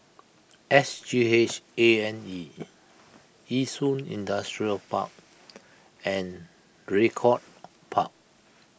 S G H A and E Yishun Industrial Park and Draycott Park